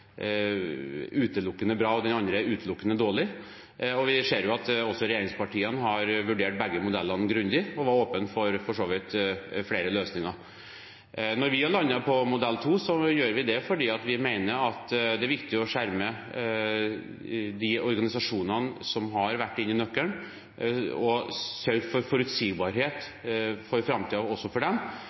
utelukkende bra og den andre utelukkende dårlig. Vi ser at også regjeringspartiene har vurdert begge modellene grundig og var for så vidt åpne for flere løsninger. Når vi har landet på modell 2, er det fordi vi mener at det er viktig å skjerme de organisasjonene som har vært inne i nøkkelen, og sørge for forutsigbarhet for framtiden også for dem.